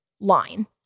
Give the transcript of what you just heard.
line